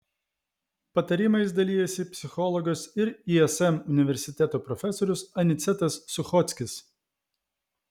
patarimais dalijasi psichologas ir ism universiteto profesorius anicetas suchockis